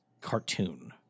cartoon